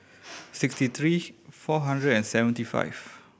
sixty three four hundred and seventy five